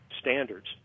standards